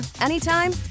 anytime